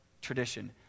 tradition